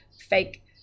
fake